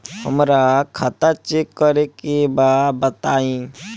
हमरा खाता चेक करे के बा बताई?